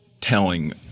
telling